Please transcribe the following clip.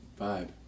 vibe